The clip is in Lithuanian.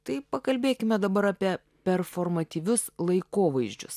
tai pakalbėkime dabar apie performatyvius laikovaizdžius